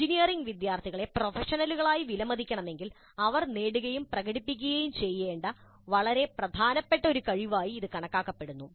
engineering വിദ്യാർത്ഥികളെ പ്രൊഫഷണലുകളായി വിലമതിക്കണമെങ്കിൽ അവർ നേടുകയും പ്രകടിപ്പിക്കുകയും ചെയ്യേണ്ട വളരെ പ്രധാനപ്പെട്ട ഒരു കഴിവായി ഇത് കണക്കാക്കപ്പെടുന്നു